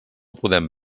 podem